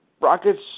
Rockets